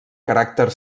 caràcter